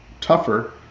tougher